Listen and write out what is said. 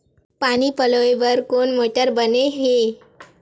पानी पलोय बर कोन मोटर बने हे?